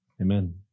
Amen